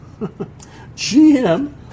gm